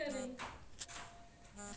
फसल चक्रण क्या है?